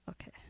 Okay